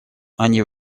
они